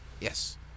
Yes